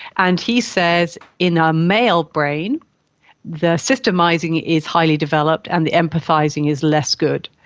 and he says in a male brain the systemising is highly developed and the empathising is less good,